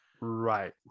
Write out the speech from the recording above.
Right